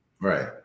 Right